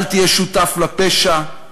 אל תהיה שותף לפשע,